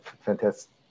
fantastic